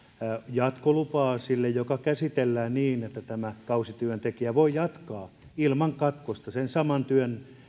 jatkolupaa ja se käsitellään niin että tämä kausityöntekijä voi jatkaa ilman katkosta sen saman